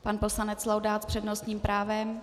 Pan poslanec Laudát s přednostním právem.